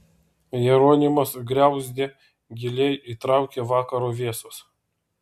jeronimas griauzdė giliai įtraukia vakaro vėsos